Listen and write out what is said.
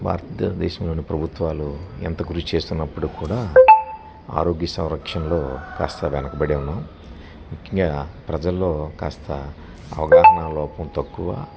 భారత దేశంలోని ప్రభుత్వాలు ఎంత కృషి చేస్తున్నప్పుడు కూడా ఆరోగ్య సంరక్షణంలో కాస్త వెనకబడి ఉన్నాం ముఖ్యంగా ప్రజలలో కాస్త అవగాహన లోపం తక్కువ